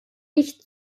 nicht